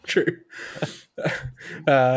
True